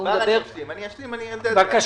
אני אשלים ואתם תבינו.